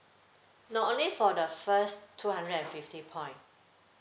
no only for the first two hundred and fifty points